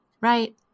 right